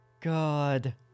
God